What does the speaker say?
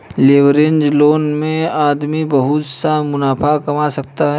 leveraged loan में आदमी बहुत सा मुनाफा कमा सकता है